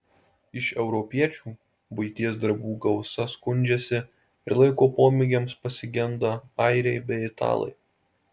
iš europiečių buities darbų gausa skundžiasi ir laiko pomėgiams pasigenda airiai bei italai